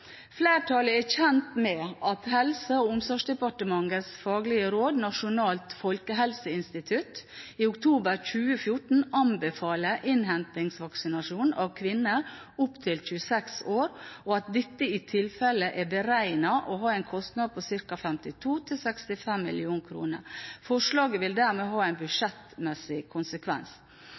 Flertallet er kjent med at Helse- og omsorgsdepartementets faglige råd, Nasjonalt folkehelseinstitutt, i oktober 2014 anbefaler innhentingsvaksinasjon av kvinner opp til 26 år, og at dette i tilfelle er beregnet å ha en kostnad på ca. 52-65 mill. kr. Forslaget vil dermed ha en budsjettmessig konsekvens.